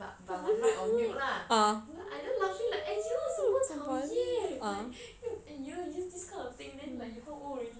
uh